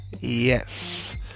Yes